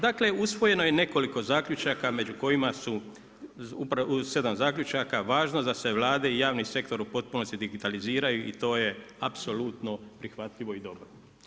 Dakle, usvojeno je nekoliko zaključaka među kojima su 7 zaključaka, važno da se Vlade i javni sektor u potpunosti digitaliziraju i to je apsolutno prihvatljivo i dobro.